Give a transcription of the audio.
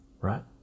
Right